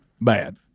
bad